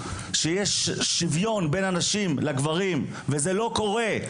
ושיווין בין נשים וגברים וזה עוד לא קורה,